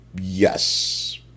Yes